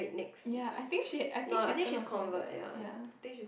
ya I think she I think she's gonna convert ya